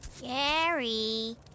Gary